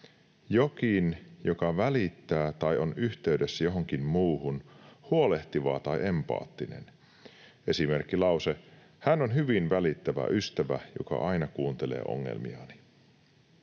’jokin, joka välittää tai on yhteydessä johonkin muuhun, huolehtiva tai empaattinen’. Esimerkkilause: ”Hän on hyvin välittävä ystävä, joka aina kuuntelee ongelmiani.”